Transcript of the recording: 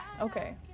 okay